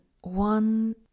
one